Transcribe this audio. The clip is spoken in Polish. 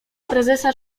prezesa